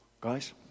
Guys